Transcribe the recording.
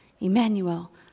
Emmanuel